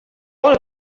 want